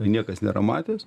niekas nėra matęs